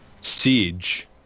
Siege